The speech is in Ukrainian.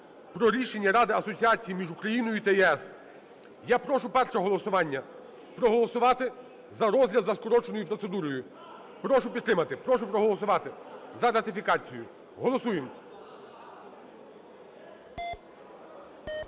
про Рішення Ради асоціації між Україною та ЄС. Я прошу перше голосування проголосувати за розгляд за скороченою процедурою. Прошу підтримати, прошу проголосувати за ратифікацію. Голосуємо.